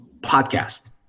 podcast